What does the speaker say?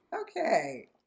Okay